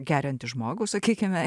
geriantį žmogų sakykime